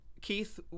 Keith